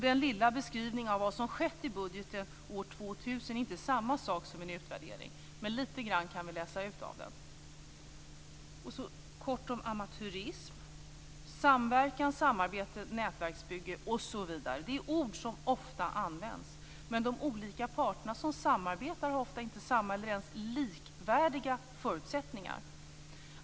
Den lilla beskrivning av vad som har skett i budgeten år 2000 är inte samma sak som en utvärdering, men lite grann kan vi läsa ut av den. Sedan ska jag tala lite om amatörism. Samverkan, samarbete, nätverksbygge osv. är ord som ofta används. Men de olika parterna som samarbetar har ofta inte samma eller ens likvärdiga förutsättningar.